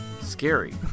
scary